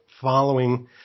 following